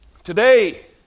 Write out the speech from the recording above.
Today